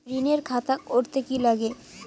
ঋণের খাতা করতে কি লাগে?